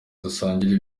dusangire